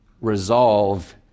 resolve